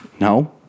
no